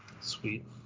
Sweet